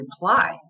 reply